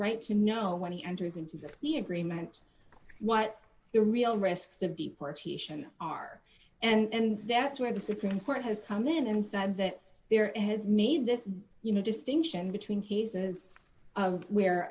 right to know when he enters into the plea agreement what the real risks of deportation are and that's where the supreme court has come in and said that there is need this you know distinction between cases where